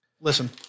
Listen